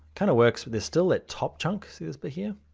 kind of works, but they're still that top chunk. see this bit here.